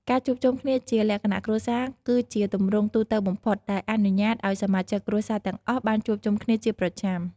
ការជួបជុំគ្នាជាលក្ខណៈគ្រួសារគឺជាទម្រង់ទូទៅបំផុតដែលអនុញ្ញាតឱ្យសមាជិកគ្រួសារទាំងអស់បានជួបជុំគ្នាជាប្រចាំ។